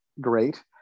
great